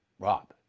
Rob